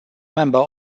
member